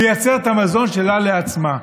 לייצר את המזון שלה לעצמה.